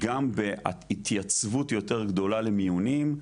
גם בהתייצבות יותר גדולה למיונים,